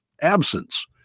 absence